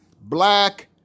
black